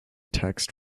text